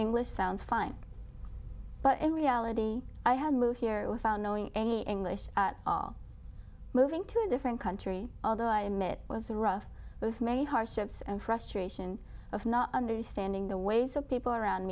english sounds fine but in reality i had moved here without knowing any english at all moving to a different country although i admit it was a rough of many hardships and frustration of not understanding the ways of people around